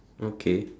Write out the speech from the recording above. okay